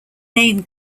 name